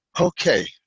Okay